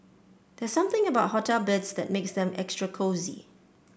there's something about hotel beds that makes them extra cosy